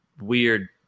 weird